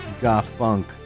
goth-funk